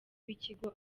b’ikigo